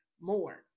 more